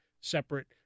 separate